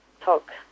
talk